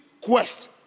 quest